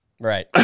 Right